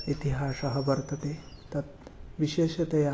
इतिहासः वर्तते तत् विशेषतया